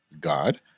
God